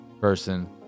person